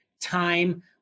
time